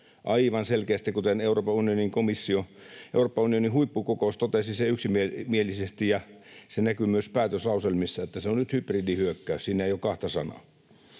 Aivan selkeästi — kuten Euroopan unionin huippukokous totesi yksimielisesti, ja se näkyy myös päätöslauselmissa — se on nyt hybridihyökkäys. Siinä ei ole kahta sanaa.